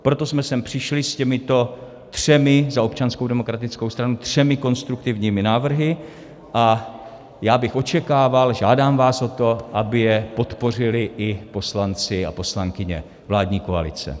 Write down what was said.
Proto jsme sem přišli s těmito třemi za Občanskou demokratickou stranu třemi konstruktivními návrhy, a já bych očekával, žádám vás o to, aby je podpořili i poslanci a poslankyně vládní koalice.